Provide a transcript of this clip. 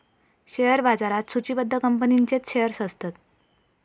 share बाजारात सुचिबद्ध कंपनींचेच शेअर्स असतत